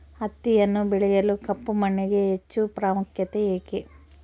ಹತ್ತಿಯನ್ನು ಬೆಳೆಯಲು ಕಪ್ಪು ಮಣ್ಣಿಗೆ ಹೆಚ್ಚು ಪ್ರಾಮುಖ್ಯತೆ ಏಕೆ?